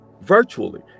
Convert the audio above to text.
virtually